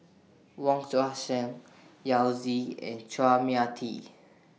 Wong Tuang Seng Yao Zi and Chua Mia Tee